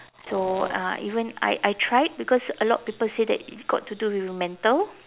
so uh even I I tried because a lot of people say that it's got to do with mental